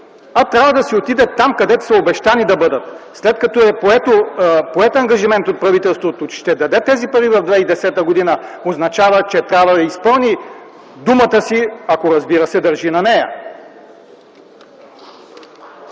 а трябва да си отидат там, където са обещани да бъдат. След като е поет ангажимент от правителството, че ще даде тези пари през 2010 г., означава, че трябва да изпълни думата си, ако, разбира се, държи на нея!